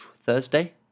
Thursday